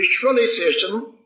visualization